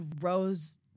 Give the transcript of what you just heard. rose